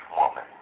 woman